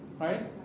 right